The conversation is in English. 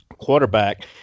quarterback